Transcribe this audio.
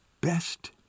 Best